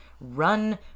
run